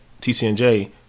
TCNJ